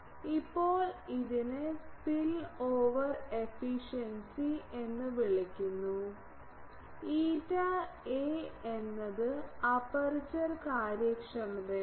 ഇപ്പോൾ ഇതിനെ spill over efficiency എന്ന് വിളിക്കുന്നു ηA എന്നത് അപ്പർച്ചർ കാര്യക്ഷമതയാണ്